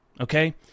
okay